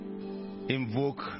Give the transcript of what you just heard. invoke